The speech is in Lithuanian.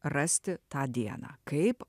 rasti tą dieną kaip